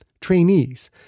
trainees